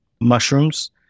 mushrooms